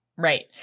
Right